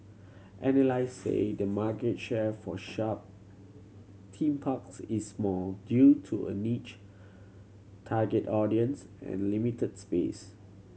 analyst say the market share for shut team parks is small due to a niche target audience and limited space